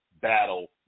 battle